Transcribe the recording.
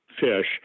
fish